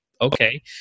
okay